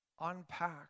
unpack